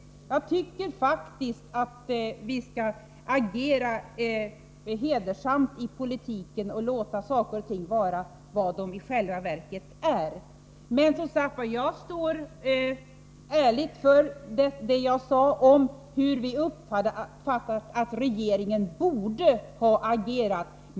Jag tycker faktiskt att vi skall agera hedersamt i politiken och låta saker och ting vara vad de i själva verket är. Som sagt står jag ärligt för det jag sade om hur vi uppfattade att regeringen borde ha agerat.